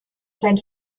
sein